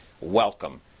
Welcome